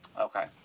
Okay